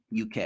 UK